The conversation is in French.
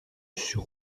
sur